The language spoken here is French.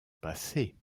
passer